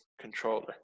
controller